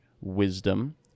wisdom